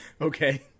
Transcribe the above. Okay